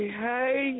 hey